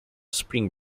spring